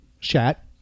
chat